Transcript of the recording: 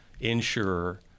insurer